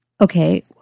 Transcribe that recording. Okay